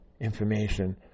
information